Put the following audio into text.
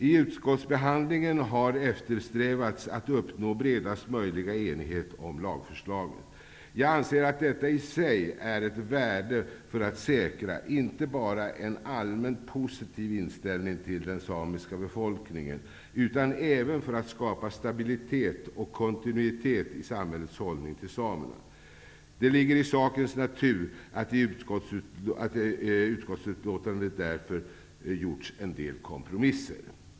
I utskottsbehandlingen har eftersträvats att uppnå bredast möjliga enighet om lagförslaget. Jag anser att detta i sig är ett värde för att säkra inte bara en allmänt positiv inställning till den samiska befolkningen, utan även för att skapa stabilitet och kontinuitet i samhällets hållning till samerna. Det ligger i sakens natur att det i utskottsutlåtandet därför har gjorts en del kompromisser.